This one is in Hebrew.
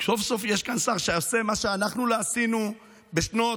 סוף-סוף יש כאן שר שעושה מה שאנחנו לא עשינו בשנות